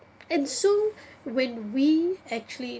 and so when we actually